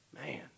Man